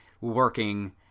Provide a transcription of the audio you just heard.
working